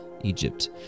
Egypt